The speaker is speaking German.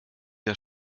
der